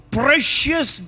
precious